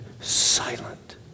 silent